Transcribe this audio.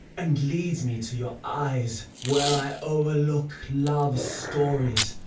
and leads me to your eyes, where i o'erlook love's stories,